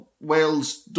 Wales